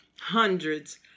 hundreds